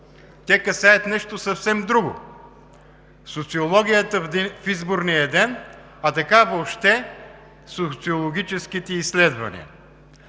Те касаят нещо съвсем друго – социологията в изборния ден, а така въобще – социологическите изследвания.